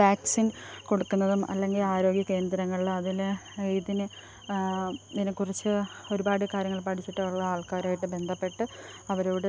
vaccine കൊടുക്കുന്നതും അല്ലെങ്കിൽ ആരോഗ്യ കേന്ദ്രങ്ങളിൽ അതിന് ഇതിന് ഇതിനെക്കുറിച്ച് ഒരുപാട് കാര്യങ്ങൾ പഠിച്ചിട്ടുള്ള ആൾക്കാരുമായിട്ട് ബന്ധപ്പെട്ട് അവരോട്